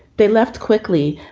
they left quickly,